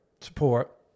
support